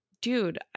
dude